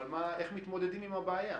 אבל איך מתמודדים עם הבעיה?